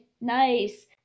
nice